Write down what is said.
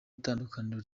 itandukaniro